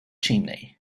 chimney